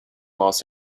los